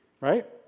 Right